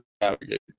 navigate